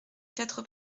quatre